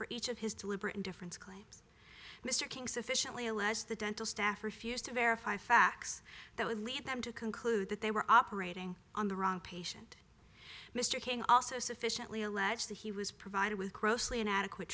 for each of his deliberate indifference claims mr king sufficiently allows the dental staff refused to verify facts that would lead them to conclude that they were operating on the wrong patient mr kane also sufficiently alleged that he was provided with grossly inadequate